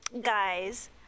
Guys